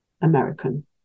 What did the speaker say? American